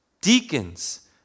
deacons